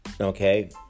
Okay